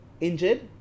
injured